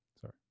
Sorry